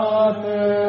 Father